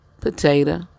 potato